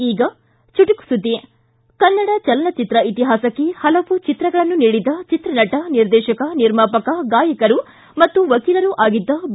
ಈಗ ಚುಟುಕು ಸುದ್ದಿ ಕನ್ನಡ ಚಲನಚಿತ್ರ ಇತಿಹಾಸಕ್ಕೆ ಹಲವು ಚಿತ್ರಗಳನ್ನು ನೀಡಿದ ಚಿತ್ರನಟ ನಿರ್ದೇಶಕ ನಿರ್ಮಾಪಕ ಗಾಯಕರು ಮತ್ತು ವಕೀಲರೂ ಆಗಿದ್ದ ಬಿ